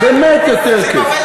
באמת יותר כיף.